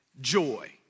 joy